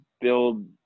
build